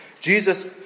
Jesus